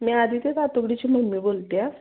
मी अदिती सातवडेची मम्मी बोलते आहे